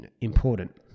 important